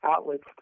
outlets